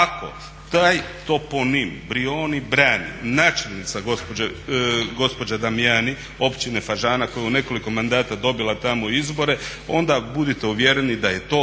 Ako taj toponim Brijoni brani načelnica gospođa Damjani općine Fažana koja je u nekoliko mandata dobila tamo izbore, onda budite uvjereni da je to